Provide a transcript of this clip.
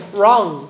wrong